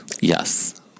Yes